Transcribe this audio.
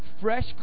fresh